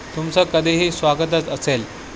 तुमचं कधीही स्वागतच असेल